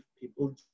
people